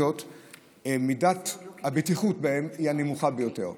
עם זאת, מידת הבטיחות בהם היא הנמוכה ביותר.